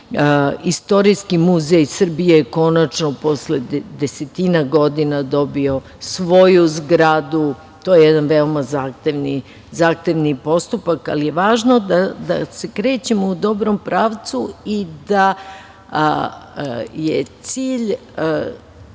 Istorijski muzej Srbije konačno posle desetina godina dobio je svoju zgradu. To je jedan veoma zahtevani postupak, ali je važno da se krećemo u dobrom pravcu i da je cilj